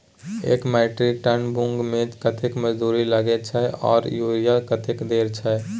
एक metric ton मूंग में कतेक मजदूरी लागे छै आर यूरिया कतेक देर छै?